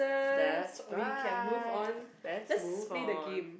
that's right let's move on